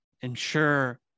ensure